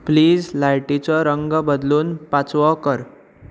please लायटीचो रंग बदलून पाचवो कर